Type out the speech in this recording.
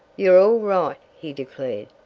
you're all right! he declared.